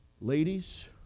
Ladies